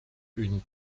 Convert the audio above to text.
une